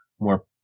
more